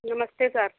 नमस्ते सर